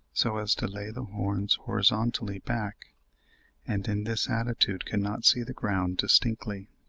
so as to lay the horns horizontally back and in this attitude cannot see the ground distinctly.